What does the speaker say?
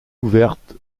ouverte